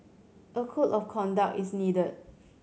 a code of conduct is needed